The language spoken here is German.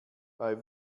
bei